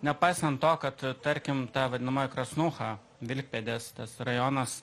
nepaisant to kad tarkim ta vadinamoji krasnūcha vilkpėdės tas rajonas